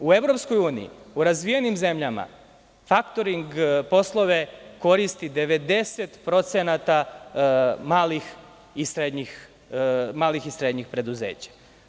U EU, u razvijenim zemljama, faktoring poslove koristi 90% malih i srednjih preduzeća.